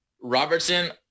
Robertson